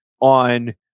on